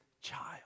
child